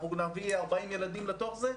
אנחנו נביא 40 ילדים לתוך זה?